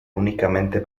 únicamente